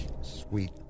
Sweet